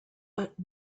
but